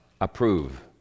approve